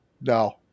no